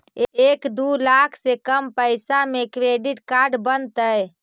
एक दू लाख से कम पैसा में क्रेडिट कार्ड बनतैय?